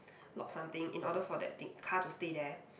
lock something in order for that thing car to stay there